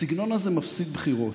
הסגנון הזה מפסיד בבחירות.